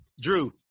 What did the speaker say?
Drew